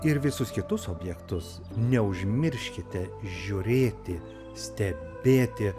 ir visus kitus objektus neužmirškite žiūrėti stebėti